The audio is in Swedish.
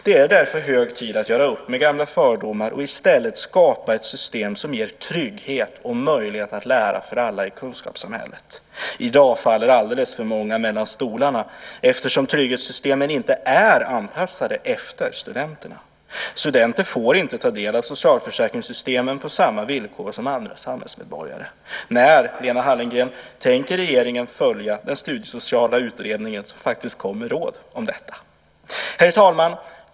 Det är därför hög tid att göra upp med gamla fördomar och i stället skapa ett system som ger trygghet och möjlighet för alla att lära i kunskapssamhället. I dag faller alldeles för många mellan stolarna, eftersom trygghetssystemen inte är anpassade efter studenterna. Studenter får inte ta del av socialförsäkringssystemen på samma villkor som andra samhällsmedborgare. När, Lena Hallengren, tänker regeringen följa den studiesociala utredningens råd om detta? Herr talman!